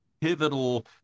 pivotal